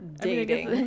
dating